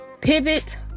pivot